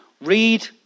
Read